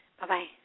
Bye-bye